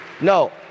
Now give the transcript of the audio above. No